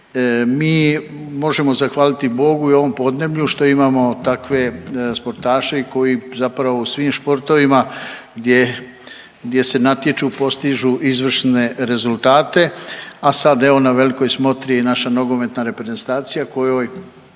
Mi možemo zahvaliti Bogu i ovom podneblju što imamo takve sportaše koji zapravo u svim sportovima gdje se natječu postižu izvrsne rezultate, a sad evo na velikoj smotri naša nogometna reprezentacija kojoj